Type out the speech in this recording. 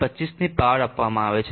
25 ની પાવર આપવામાં આવે છે